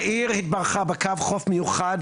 העיר התברכה בקו חוף מיוחד,